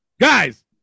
Guys